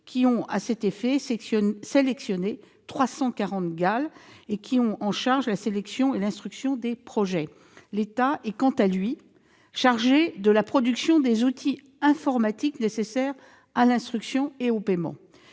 qui ont à cet effet sélectionné 340 GAL qui sont chargés de la sélection et de l'instruction des projets. L'État est quant à lui chargé de la production des outils informatiques nécessaires à l'instruction et au paiement.